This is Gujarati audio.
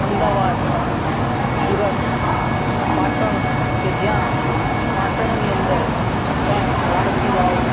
અમદાવાદ સુરત પાટણ કે જ્યાં પાટણની અંદર પણ રાણકી વાવ